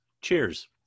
Cheers